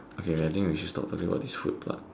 okay I think we should stop talking about this food part